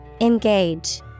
Engage